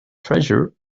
treasure